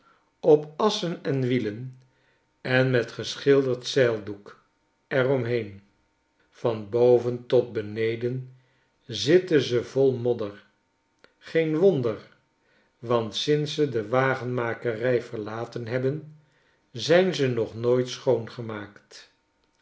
op assen en wielen en met geschilderd zeildoek er omheen van boven tot beneden zitten ze vol modder geen wonder want sinds ze de wagenmakerij verlaten hebben zijn ze nog nooit schoongemaakt